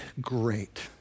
great